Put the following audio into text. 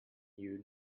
you